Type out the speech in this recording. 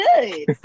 good